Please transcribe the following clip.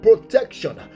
protection